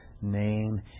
name